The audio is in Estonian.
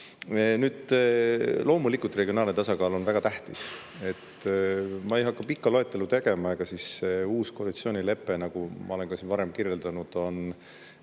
eest! Loomulikult, regionaalne tasakaal on väga tähtis. Ma ei hakka pikka loetelu tegema. Uus koalitsioonilepe, nagu ma olen siin varem kirjeldanud, on